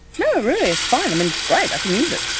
no really it's fine, i mean, it's great. i can use it.